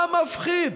מה מפחיד?